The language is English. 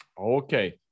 Okay